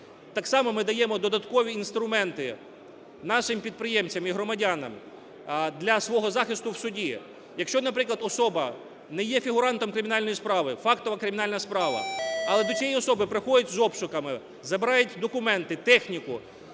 Так само ми даємо додаткові інструменти нашим підприємцям і громадянам для свого захисту в суді. Якщо, наприклад, особа не є фігурантом кримінальної справи, фактова кримінальна справа, але до цієї особи приходять з обшуками, забирають документи, техніку,